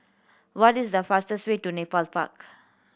what is the fastest way to Nepal Park